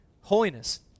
holiness